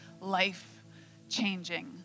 life-changing